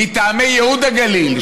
מטעמי ייהוד הגליל.